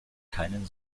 keinen